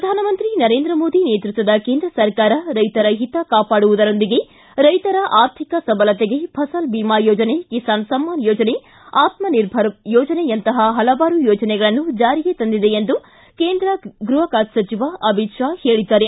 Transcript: ಪ್ರಧಾನಮಂತ್ರಿ ನರೇಂದ್ರ ಮೋದಿ ನೇತೃತ್ವದ ಕೇಂದ್ರ ಸರಕಾರ ರೈತರ ಹಿತ ಕಾಪಾಡುವುದರೊಂದಿಗೆ ರೈತರ ಆರ್ಥಿಕ ಸಬಲತೆಗೆ ಫಸಲ್ ಬೀಮಾ ಯೋಜನೆ ಕಿಸಾನ್ ಸಮ್ಮಾನ್ ಯೋಜನೆ ಆತ್ಮ ನಿರ್ಭರ ಯೋಜನೆಯಂತಹ ಹಲವಾರು ಯೋಜನೆಗಳನ್ನು ಜಾರಿಗೆ ತಂದಿದೆ ಎಂದು ಕೇಂದ್ರ ಗೃಹ ಖಾತೆ ಸಚಿವ ಅಮಿತ್ ಶಾ ಹೇಳಿದ್ದಾರೆ